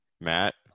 Matt